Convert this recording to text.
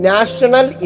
National